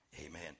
Amen